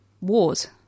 wars